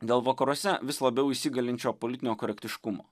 dėl vakaruose vis labiau įsigalinčio politinio korektiškumo